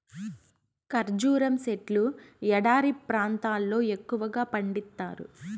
ఖర్జూరం సెట్లు ఎడారి ప్రాంతాల్లో ఎక్కువగా పండిత్తారు